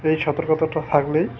এই সতর্কতাটা থাকলেই